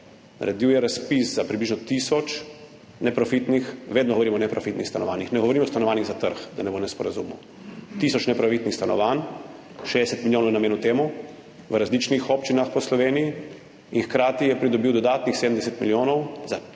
naredil dvoje – razpis za približno tisoč neprofitnih, vedno govorimo o neprofitnih stanovanjih, ne govorimo o stanovanjih za trg, da ne bo nesporazumov, tisoč neprofitnih stanovanj, temu je namenil 60 milijonov v različnih občinah po Sloveniji in hkrati je pridobil dodatnih 70 milijonov s strani